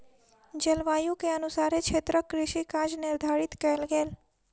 जलवायु के अनुसारे क्षेत्रक कृषि काज निर्धारित कयल गेल